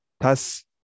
Thus